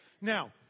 Now